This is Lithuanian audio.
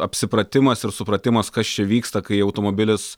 apsipratimas ir supratimas kas čia vyksta kai automobilis